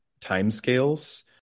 timescales